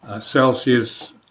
Celsius